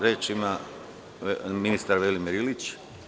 Reč ima ministar Velimir Ilić.